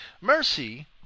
Mercy